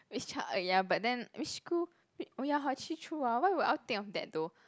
which child ah ya but then which school oh ya hor actually true ah why would I think of that though